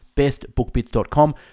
bestbookbits.com